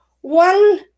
one